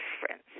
difference